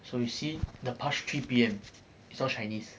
so you see the past three P_M is all chinese